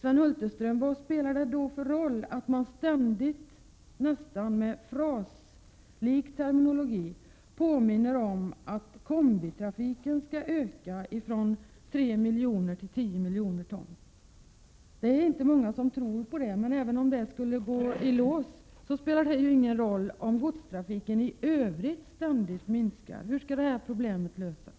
Vad spelar det då för roll, Sven Hulterström, att man ständigt med en nästan frasliknande terminologi påminner om att kombitrafiken skall öka från att omfatta 3 miljoner ton till 10 miljoner ton? Det är inte många som tror på det, men även om det här skulle gå i lås, så spelar det ingen roll, om godstrafiken i övrigt ständigt minskar? Hur skall det här problemet lösas?